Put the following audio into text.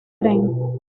tren